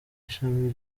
ishami